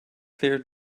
clear